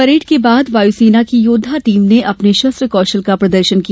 parade के बाद वायुसेना की योद्वा टीम ने अपने शस्त्र कौशल का प्रदर्शन किया